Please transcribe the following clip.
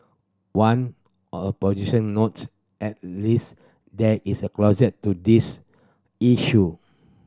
one a position note at least there is a closure to this issue